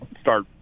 start